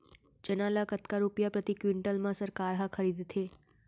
चना ल कतका रुपिया प्रति क्विंटल म सरकार ह खरीदथे?